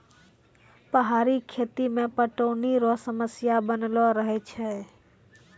पहाड़ी खेती मे पटौनी रो समस्या बनलो रहै छै